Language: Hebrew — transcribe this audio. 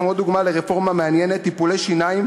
שנכשלתם, 800 שקל לכל משפחה בפריפריה.